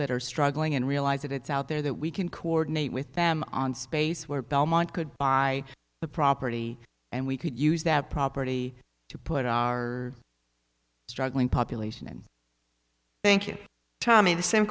that are struggling and realize that it's out there that we can coordinate with them on space where belmont could buy the property and we could use that property to put our struggling population thank you tom in the same